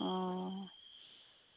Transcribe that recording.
অঁ